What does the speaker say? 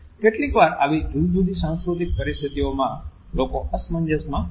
કેટલીકવાર આવી જુદી જુદી સાંસ્કૃતિક પરિસ્થિતિઓમાં લોકો અસમંજસમાં મુકાઈ જાય છે